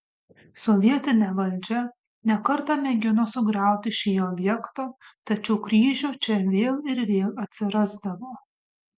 sovietinė valdžia ne kartą mėgino sugriauti šį objektą tačiau kryžių čia vėl ir vėl atsirasdavo